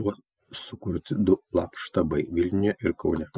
buvo sukurti du laf štabai vilniuje ir kaune